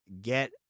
Get